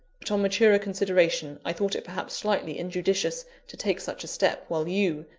but on maturer consideration, i thought it perhaps slightly injudicious to take such a step, while you,